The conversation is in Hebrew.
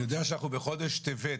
אני יודע שאנחנו בחודש טבת.